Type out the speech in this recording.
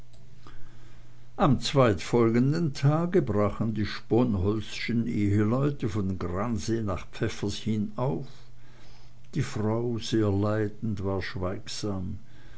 am zweitfolgenden tage brachen die sponholzschen eheleute von gransee nach pfäffers hin auf die frau sehr leidend war schweigsam